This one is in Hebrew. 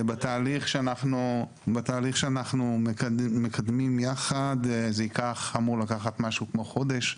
בתהליך שאנחנו מקדמים יחד זה אמור לקחת משהו כמו חודש,